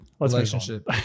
Relationship